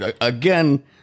again